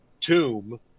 tomb